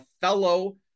fellow